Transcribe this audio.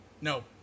No